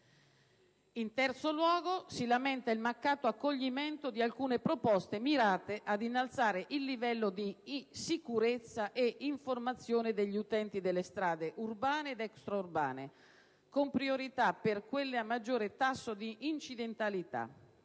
In terzo luogo, si lamenta il mancato accoglimento di alcune proposte mirate ad innalzare il livello di sicurezza e informazione degli utenti delle strade urbane ed extraurbane, con priorità per quelle a maggiore tasso di incidentalità.